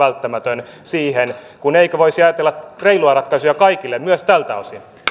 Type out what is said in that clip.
on välttämätön siihen eikö voisi ajatella reiluja ratkaisuja kaikille myös tältä